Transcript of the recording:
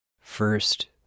First